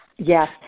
Yes